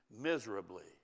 miserably